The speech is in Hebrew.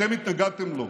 אתם התנגדתם לו,